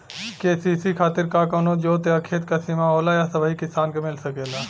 KCC खातिर का कवनो जोत या खेत क सिमा होला या सबही किसान के मिल सकेला?